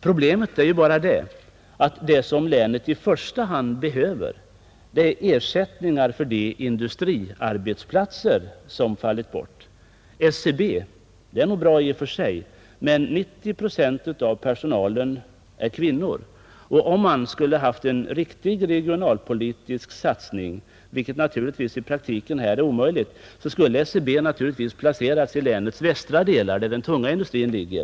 Problemet är bara det att det som länet i första hand behöver är ersättningar för de industriarbetsplatser som fallit bort. SCB är nog bra i och för sig, men 90 procent av personalen är kvinnor, och om man skulle ha haft en riktig regionalpolitisk satsning — vilket i praktiken här är omöjligt — skulle SCB naturligtvis ha placerats i länets västra delar, där den tunga industrin ligger.